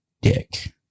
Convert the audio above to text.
Dick